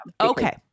okay